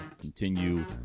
continue